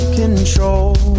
control